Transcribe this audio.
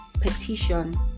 petition